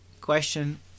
question